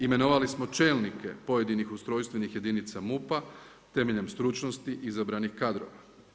Imenovali smo čelnike pojedinih ustrojstvenih jedinica MUP-a temeljem stručnosti izabranih kadrova.